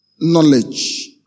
knowledge